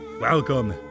Welcome